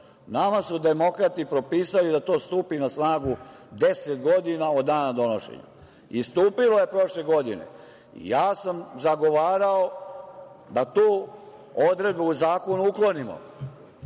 Nama su demokrate propisale da to stupi na snagu 10 godina od dana donošenja i stupilo je prošle godine. Zagovarao sam da tu odredbu u zakonima uklonima,